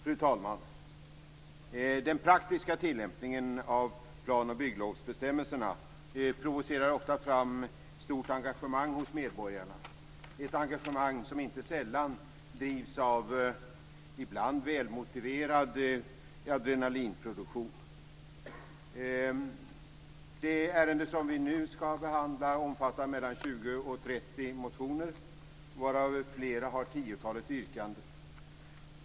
Fru talman! Den praktiska tillämpningen av planoch bygglovsbestämmelserna provocerar ofta fram ett stort engagemang hos medborgarna - ett engagemang som inte sällan drivs av en ibland välmotiverad adrenalinproduktion. Det ärende som vi nu skall behandla omfattar mellan 20 och 30 motioner, varav flera har tiotalet yrkanden.